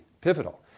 pivotal